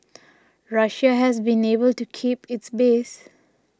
Russia has been able to keep its base